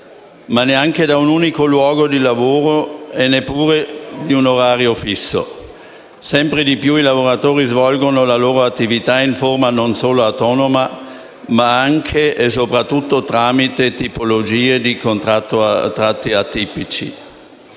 la vita, da un unico luogo di lavoro e neppure da un orario fisso. Sempre di più i lavoratori svolgono la loro attività in forma non solo autonoma, ma anche e soprattutto tramite tipologie di contratto «atipiche».